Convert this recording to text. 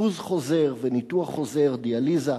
אשפוז חוזר וניתוח חוזר, דיאליזה,